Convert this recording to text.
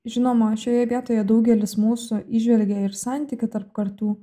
žinoma šioje vietoje daugelis mūsų įžvelgia ir santykį tarp kartų